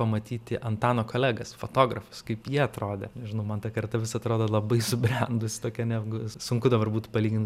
pamatyti antano kolegas fotografus kaip jie atrodė nežinau man ta karta vis atrodo labai subrendus tokia negu sunku dabar būtų palygint